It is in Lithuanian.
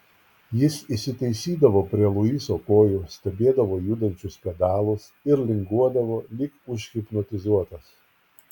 jis įsitaisydavo prie luiso kojų stebėdavo judančius pedalus ir linguodavo lyg užhipnotizuotas